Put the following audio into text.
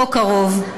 פה קרוב,